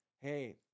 hey